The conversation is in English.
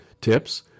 tips